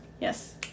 Yes